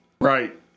Right